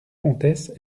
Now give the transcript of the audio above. comtesse